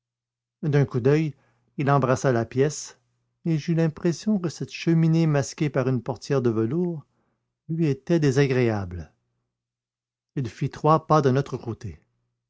d'un coup d'oeil il embrassa la pièce et j'eus l'impression que cette cheminée masquée par une portière de velours lui était désagréable il fit trois pas de notre côté